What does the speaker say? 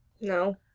No